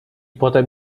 potem